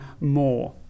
more